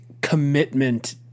commitment